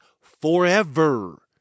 forever